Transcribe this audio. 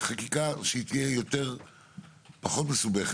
בחקיקה ראשית יהיה פחות מסובך,